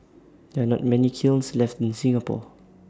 there are not many kilns left in Singapore